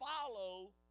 follow